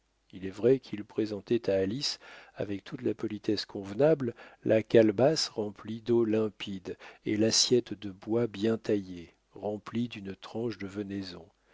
il est vrai qu'il présentait à alice avec toute la politesse convenable la calebasse remplie d'eau limpide et l'assiette de bois bien taillée remplie d'une tranche de venaison